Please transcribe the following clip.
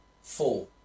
Four